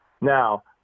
Now